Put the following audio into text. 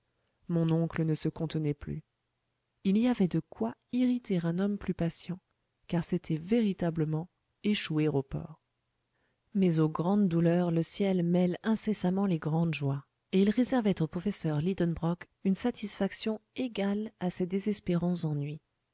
mon oncle ne se contenait plus il y avait de quoi irriter un homme plus patient car c'était véritablement échouer au port mais aux grandes douleurs le ciel mêle incessamment les grandes joies et il réservait au professeur lidenbrock une satisfaction égale à ses désespérants ennuis